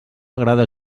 agrada